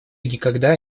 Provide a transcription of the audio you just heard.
никогда